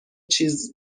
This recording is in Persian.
چیز